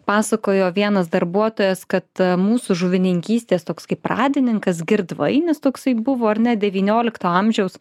pasakojo vienas darbuotojas kad mūsų žuvininkystės toks kaip pradininkas girdvainis toksai buvo ar ne devyniolikto amžiaus